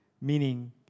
Meaning